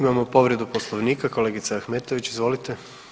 Imamo povredu Poslovnika, kolegica Ahmetović izvolite.